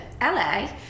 LA